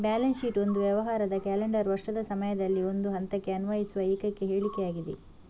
balance sheet ಒಂದು ವ್ಯವಹಾರದ calendar ವರ್ಷದ ಸಮಯದಲ್ಲಿ ಒಂದು ಹಂತಕ್ಕೆ ಅನ್ವಯಿಸುವ ಏಕೈಕ ಹೇಳಿಕೆಯಾಗಿದೆ